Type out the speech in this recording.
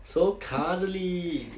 so cuddly